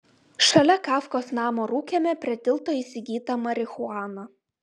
šalia kafkos namo rūkėme prie tilto įsigytą marihuaną